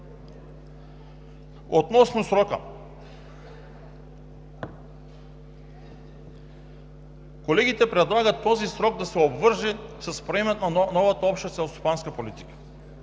Относно срока. Колегите предлагат този срок да се обвърже с приемането на новата Обща селскостопанска политика.